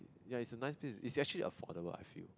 ya it's a nice place it's actually affordable I feel